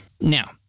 Now